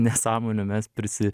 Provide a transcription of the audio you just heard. nesąmonių mes prisi